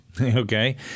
Okay